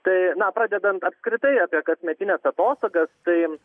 tai na pradedant apskritai apie kasmetines atostogastai